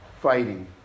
fighting